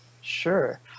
Sure